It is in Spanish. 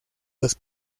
los